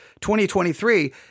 2023